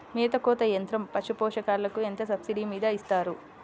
మేత కోత యంత్రం పశుపోషకాలకు ఎంత సబ్సిడీ మీద ఇస్తారు?